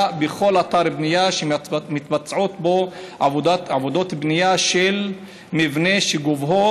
בכל אתר בנייה שמתבצעות בו עבודות בנייה של מבנה שגובהו